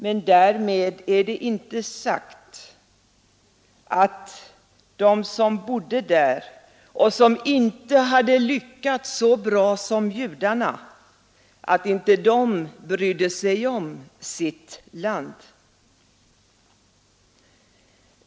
Men därmed är det inte sagt att de som bodde där — och som inte hade lyckats så bra som judarna — inte brydde sig om sitt land.